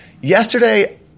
yesterday